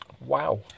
Wow